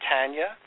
Tanya